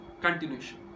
continuation